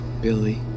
Billy